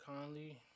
Conley